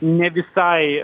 ne visai